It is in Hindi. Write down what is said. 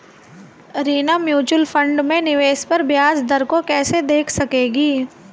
रीना म्यूचुअल फंड में निवेश पर ब्याज दर को कैसे देख सकेगी?